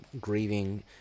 grieving